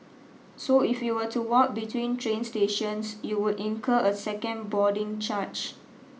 so if you were to walk between train stations you would incur a second boarding charge